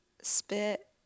spit